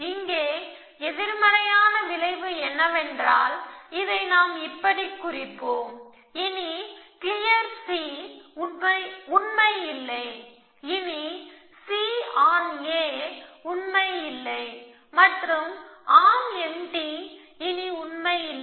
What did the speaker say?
இங்கே எதிர்மறையான விளைவு என்னவென்றால் இதை நாம் இப்படி குறிப்போம் இனி கிளியர் C உண்மை இல்லை இனி C ஆன் A உண்மை இல்லை மற்றும் ஆர்ம் எம்டி இனி உண்மை இல்லை